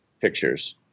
pictures